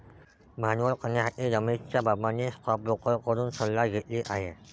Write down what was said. भांडवल करण्यासाठी रमेशच्या बाबांनी स्टोकब्रोकर कडून सल्ला घेतली आहे